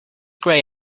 grey